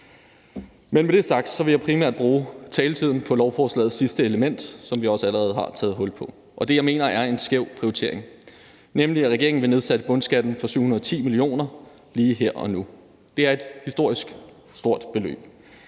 Med det sagt vil jeg primært bruge taletiden på lovforslagets sidste element, som vi også allerede har taget hul på, og det, jeg mener er en skæv prioritering, nemlig at regeringen vil nedsætte bundskatten for 710 mio. kr. lige her og nu. Det er et historisk stort beløb.